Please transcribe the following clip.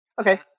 Okay